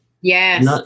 Yes